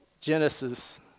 Genesis